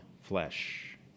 flesh